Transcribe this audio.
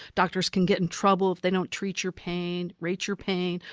doctors can get in trouble if they don't treat your pain, rate your pain.